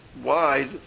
wide